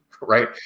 right